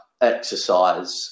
exercise